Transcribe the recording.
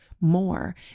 more